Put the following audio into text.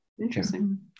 interesting